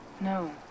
no